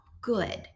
good